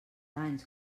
anys